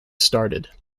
started